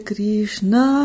Krishna